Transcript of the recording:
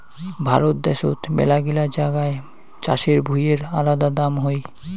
ভারত দ্যাশোত মেলাগিলা জাগায় চাষের ভুঁইয়ের আলাদা দাম হই